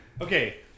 Okay